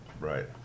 right